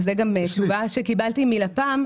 שזו גם תשובה שקיבלתי מלפ"ם,